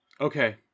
Okay